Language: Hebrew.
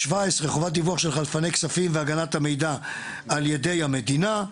הסתייגות 17: "חובת דיווח של חלפני כספים והגנת המידע על ידי המדינה".